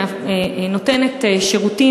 מה חסר?